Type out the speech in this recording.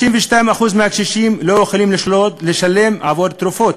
52% מהקשישים לא יכולים לשלם עבור תרופות.